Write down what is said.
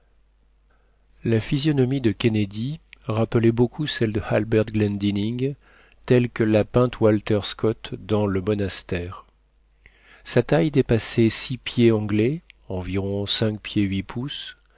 la physionomie de kennedy rappelait beaucoup celle de halbert glendinning telle que l'a peinte walter scott dans le monastére sa taille dépassait six pieds anglais